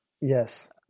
Yes